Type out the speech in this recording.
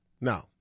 No